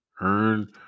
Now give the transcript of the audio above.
Earn